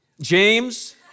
james